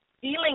feeling